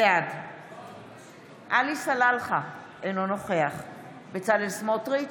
בעד עלי סלאלחה, אינו נוכח בצלאל סמוטריץ'